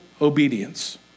obedience